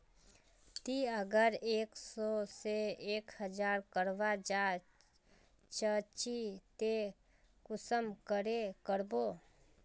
ती अगर एक सो से एक हजार करवा चाँ चची ते कुंसम करे करबो?